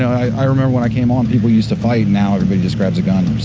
i remember when i came on, people used to fight. now, everybody just grabs a gun.